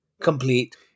complete